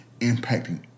impacting